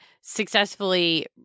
successfully